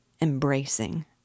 embracing